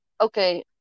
okay